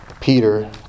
Peter